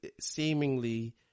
seemingly